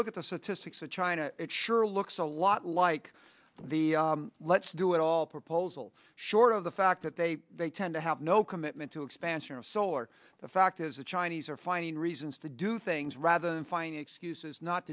look at statistics of china it sure looks a lot like the let's do it all proposal short of the fact that they they tend to have no commitment to expansion of solar the fact is the chinese are finding reasons to do things rather than finding excuses not